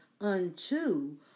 unto